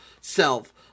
self